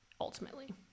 ultimately